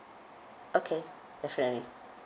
okay definitely